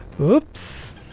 Oops